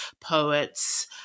poets